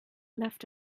left